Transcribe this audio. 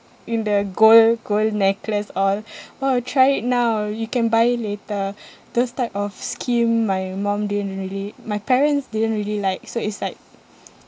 in the gold gold necklace all oh try it now you can buy it later those type of scheme my mum didn't really my parents didn't really like so it's like